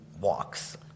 walks